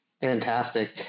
Fantastic